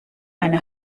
eine